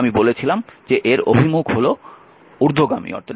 এবং আমি বলেছিলাম যে এর অভিমুখ হল ঊর্ধ্বগামী